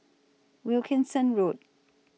Wilkinson Road